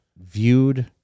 viewed